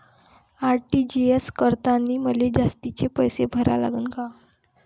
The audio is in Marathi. आर.टी.जी.एस करतांनी मले जास्तीचे पैसे भरा लागन का?